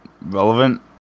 relevant